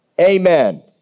amen